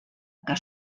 que